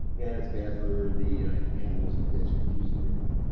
and it's bad for the animals and fish that use the river,